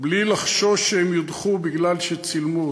בלי לחשוש שהם יודחו בגלל שצילמו אותם,